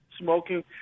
smoking